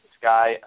sky